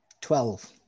Twelve